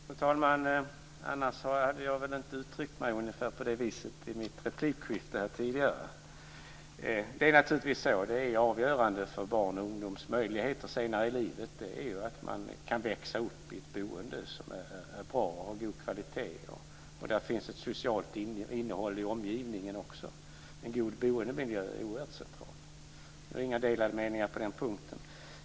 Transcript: Fru talman! Annars hade jag väl inte uttryckt mig på ungefär det viset i mitt replikskifte här tidigare. Det är naturligtvis avgörande för barns och ungdomars möjligheter senare i livet att de kan växa upp i ett bra boende med god kvalitet och med ett socialt innehåll i omgivningen. En god boendemiljö är oerhört central. Vi har inga delade meningar på den punkten.